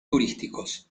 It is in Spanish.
turísticos